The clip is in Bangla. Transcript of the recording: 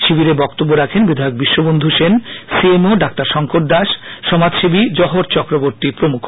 শিবিরে বক্তব্য রাখেন বিধায়ক Biswabandhu Sen C M O ডা শংকর দাস সমাজসেবী জওহর চক্রবর্তী প্রমুখ